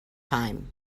time